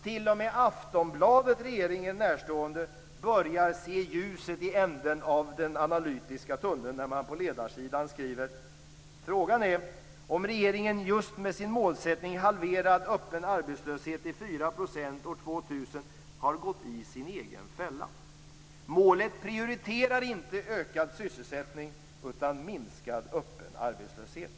T.o.m. det regeringen närstående Aftonbladet börjar se ljuset i änden av den analytiska tunneln när man på ledarsidan skriver: "Frågan är om regeringen just med sin målsättning: halverad öppen arbetslöshet till 4 procent år 2000, har gått i sin egen fälla. Målet prioriterar inte ökad sysselsättning, utan minskad öppen arbetslöshet."